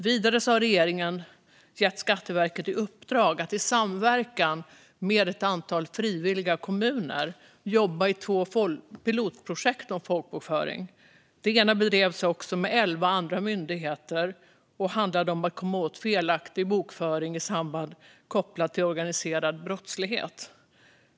Vidare har regeringen gett Skatteverket i uppdrag att i samverkan med ett antal frivilliga kommuner jobba i två pilotprojekt om folkbokföring. Det ena bedrevs även med elva andra myndigheter och handlade om att komma åt felaktig folkbokföring kopplad till organiserad brottslighet.